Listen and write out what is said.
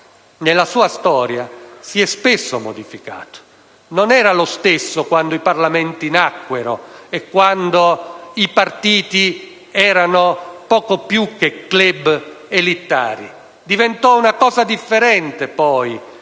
nella sua storia si è spesso modificato. Non era lo stesso quando i Parlamenti nacquero e quando i partiti erano poco più che *club* elitari; diventò una cosa differente